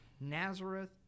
Nazareth